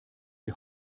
die